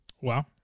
Wow